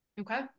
okay